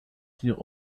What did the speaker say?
tirs